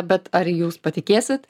bet ar jūs patikėsit